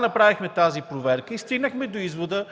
направихме тази проверка и стигнахме до извода,